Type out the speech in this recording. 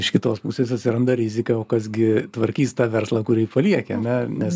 iš kitos pusės atsiranda rizika o kas gi tvarkys tą verslą kurį palieki ane nes